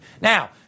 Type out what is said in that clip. Now